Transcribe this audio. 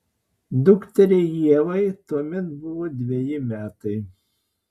dukteriai ievai tuomet buvo dveji metai